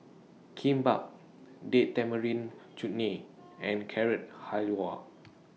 Kimbap Date Tamarind Chutney and Carrot Halwa